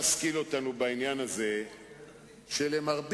לעולם לא היית מסכים, ואני לא הייתי מרשה זאת.